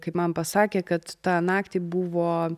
kaip man pasakė kad tą naktį buvo